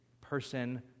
person